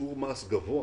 בשיעור מס גבוה